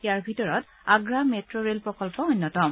ইয়াৰে ভিতৰত Agra metro rail প্ৰকল্প অন্যতম